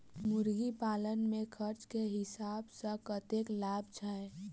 मुर्गी पालन मे खर्च केँ हिसाब सऽ कतेक लाभ छैय?